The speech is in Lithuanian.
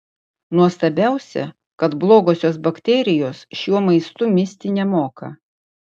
nuostabiausia kad blogosios bakterijos šiuo maistu misti nemoka